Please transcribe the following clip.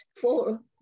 four